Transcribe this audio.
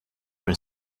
are